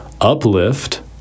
Uplift